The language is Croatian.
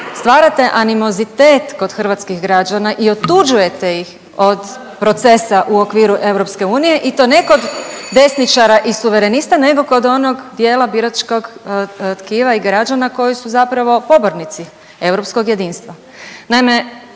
stvarate animozitet kod hrvatskih građana i otuđujete ih od procesa u okviru EU i to ne kod desničara i suverenista, nego kod onog dijela biračkog tkiva i građana koji su zapravo pobornici europskog jedinstva.